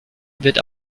wird